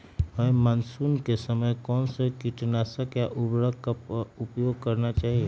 हमें मानसून के समय कौन से किटनाशक या उर्वरक का उपयोग करना चाहिए?